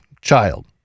child